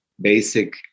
basic